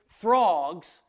frogs